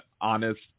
honest